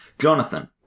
Jonathan